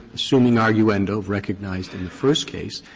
assuming arguendo, have recognized in the first case,